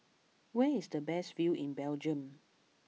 where is the best view in Belgium